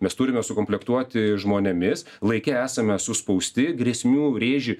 mes turime sukomplektuoti žmonėmis laike esame suspausti grėsmių rėžį